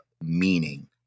meaning